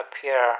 appear